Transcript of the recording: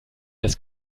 das